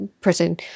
person